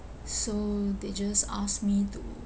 so they just asked me to